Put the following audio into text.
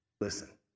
listen